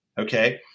okay